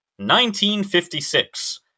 1956